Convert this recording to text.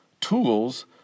tools